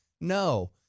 No